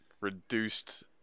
Reduced